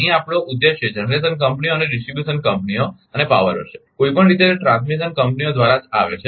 અહીં આપણો ઉદ્દેશ જનરેશન કંપનીઓ અને ડિસ્ટ્રિબ્યુશન કંપનીઓ અને પાવર હશે કોઈપણ રીતે તે ટ્રાન્સમિશન કંપનીઓ દ્વારા જ આવે છે